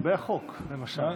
לגבי החוק, למשל.